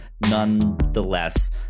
nonetheless